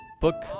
Book